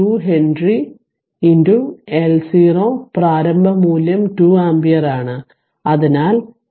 2 henry L 0 പ്രാരംഭ മൂല്യം 2 ampere ആണ് അതിനാൽ 2 സ്ക്വാര് 0